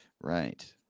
Right